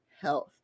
health